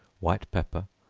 white pepper,